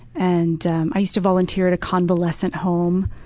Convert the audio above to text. and um i used to volunteer at a convalescent home.